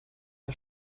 der